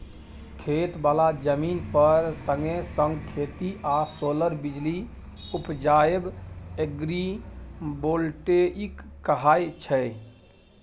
खेत बला जमीन पर संगे संग खेती आ सोलर बिजली उपजाएब एग्रीबोल्टेइक कहाय छै